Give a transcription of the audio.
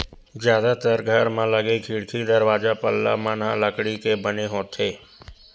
जादातर घर म लगे खिड़की, दरवाजा, पल्ला मन ह लकड़ी के बने होथे